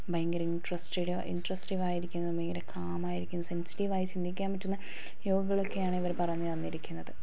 ഭയങ്കര interested industrious ആയിരിക്കുന്ന ഭയങ്കര കാം ആയിരിക്കുന്ന സെൻസിറ്റീവ് ആയി ചിന്തിക്കാൻ പറ്റുന്ന യോഗകൾ ഒക്കെയാണ് ഇവർ പറഞ്ഞു തന്നിരിക്കുന്നത്